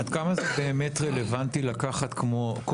עד כמה זה באמת רלוונטי לקחת כוח כמו,